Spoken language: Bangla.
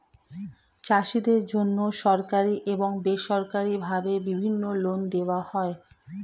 চাষীদের জন্যে সরকারি এবং বেসরকারি ভাবে বিভিন্ন লোন দেওয়া হয়